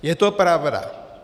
Je to pravda.